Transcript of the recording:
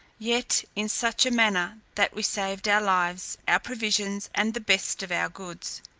yet in such a manner that we saved our lives, our provisions, and the best of our goods.